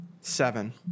seven